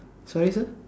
sorry sir